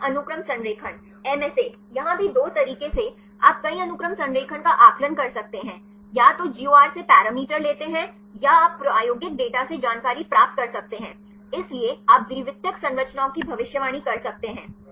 विभिन्न अनुक्रम संरेखण MSA यहां भी दो तरीके से आप कई अनुक्रम संरेखण का आकलन कर सकते हैं या तो GOR से पैरामीटर लेते हैं या आप प्रायोगिक डेटा से जानकारी प्राप्त कर सकते हैं इसलिए आप द्वितीयक संरचनाओं की भविष्यवाणी कर सकते हैं